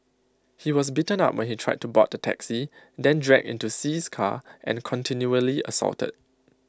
he was beaten up when he tried to board the taxi then dragged into See's car and continually assaulted